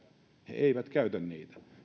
eivät käytä niitä